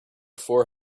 four